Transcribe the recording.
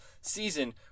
season